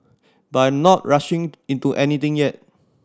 but I'm not rushing into anything yet